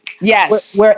Yes